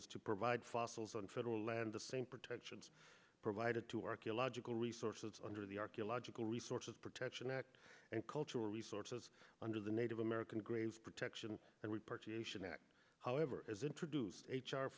is to provide fossils on federal land the same protections provided to archaeological resources under the archaeological resources protection act and cultural resources under the native american graves protection and we should act however as introduced h